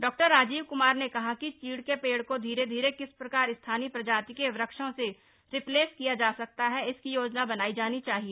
डॉ राजीव क्मार ने कहा कि चीड़ के पेड़ को धीरे धीरे किस प्रकार स्थानीय प्रजाति के वृक्षों से रिप्लेस किया जा सकता है इसकी योजना बनाई जानी चाहिए